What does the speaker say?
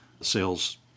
Sales